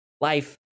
life